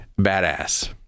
badass